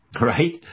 Right